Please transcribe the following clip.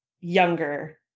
younger